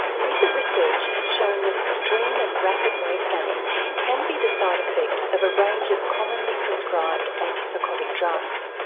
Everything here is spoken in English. recent research has shown that extreme and rapid weight gain can be the side effect of a range of commonly prescribed antipsychotic drugs.